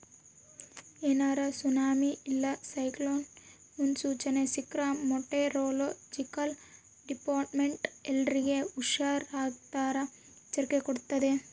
ಏನಾರ ಸುನಾಮಿ ಇಲ್ಲ ಸೈಕ್ಲೋನ್ ಮುನ್ಸೂಚನೆ ಸಿಕ್ರ್ಕ ಮೆಟೆರೊಲೊಜಿಕಲ್ ಡಿಪಾರ್ಟ್ಮೆಂಟ್ನ ಎಲ್ಲರ್ಗೆ ಹುಷಾರಿರಾಕ ಎಚ್ಚರಿಕೆ ಕೊಡ್ತತೆ